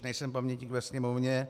Nejsem pamětník ve Sněmovně.